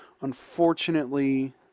unfortunately